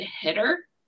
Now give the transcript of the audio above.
hitter